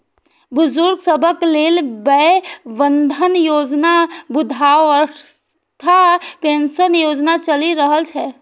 बुजुर्ग सभक लेल वय बंधन योजना, वृद्धावस्था पेंशन योजना चलि रहल छै